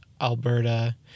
Alberta